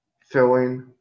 filling